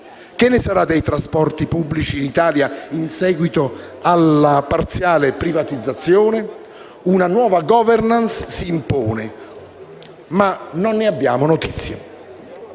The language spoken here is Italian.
Che ne sarà dei trasporti pubblici in Italia in seguito alla parziale privatizzazione? Una nuova *governance* si impone, ma non ne abbiamo notizia.